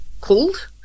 called